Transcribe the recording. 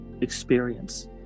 experience